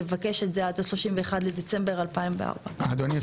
לבקש את זה עד ה-31 בדצמבר 2024. אדוני,